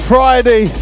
Friday